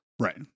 Right